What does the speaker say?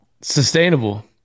sustainable